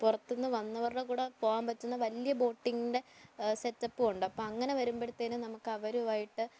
പുറത്ത് നിന്ന് വന്നവരുടെ കൂടെ പോകാൻ പറ്റുന്ന വലിയ ബോട്ടിങ്ങിൻ്റെ സെറ്റപ്പും ഉണ്ട് അപ്പം അങ്ങനെ വരുമ്പഴത്തേക്കും നമുക്ക് അവരുമായിട്ട്